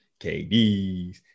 KDs